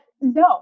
no